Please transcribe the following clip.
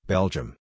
Belgium